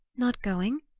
not going?